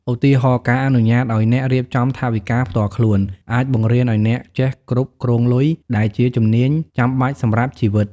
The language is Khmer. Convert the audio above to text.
ឧទាហរណ៍ ការអនុញ្ញាតឲ្យអ្នករៀបចំថវិកាផ្ទាល់ខ្លួន អាចបង្រៀនអ្នកឲ្យចេះគ្រប់គ្រងលុយ ដែលជាជំនាញចាំបាច់សម្រាប់ជីវិត។